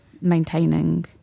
maintaining